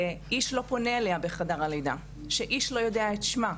איש לא פונה אליה בחדר הלידה, איש לא יודע את שמה,